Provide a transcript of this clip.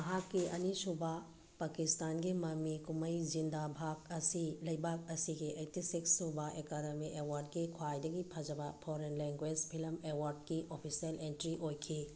ꯃꯍꯥꯛꯀꯤ ꯑꯅꯤꯁꯨꯕ ꯄꯥꯀꯤꯁꯇꯥꯟꯒꯤ ꯃꯃꯤ ꯀꯨꯝꯍꯩ ꯖꯤꯟꯗꯥ ꯚꯥꯒ ꯑꯁꯤ ꯂꯩꯕꯥꯛ ꯑꯁꯤꯒꯤ ꯑꯩꯠꯇꯤ ꯁꯤꯛꯁ ꯁꯨꯕ ꯑꯦꯀꯥꯗꯃꯤ ꯑꯦꯋꯥꯔ꯭ꯗꯀꯤ ꯈ꯭ꯋꯥꯏꯗꯒꯤ ꯐꯖꯕ ꯐꯣꯔꯦꯟ ꯂꯦꯡꯒꯣꯏꯁ ꯐꯤꯂꯝ ꯑꯦꯋꯥꯔ꯭ꯗꯀꯤ ꯑꯣꯐꯤꯁꯦꯜ ꯑꯦꯟꯇ꯭ꯔꯤ ꯑꯣꯏꯈꯤ